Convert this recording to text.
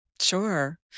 sure